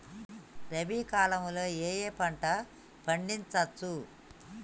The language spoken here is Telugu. రబీ కాలంలో ఏ ఏ పంట పండించచ్చు?